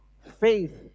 faith